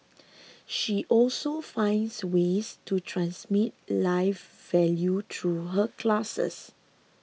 she also finds ways to transmit life value through her classes